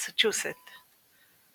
מסצ'וסטס.